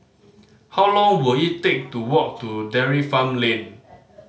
how long will it take to walk to Dairy Farm Lane